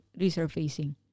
resurfacing